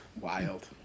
Wild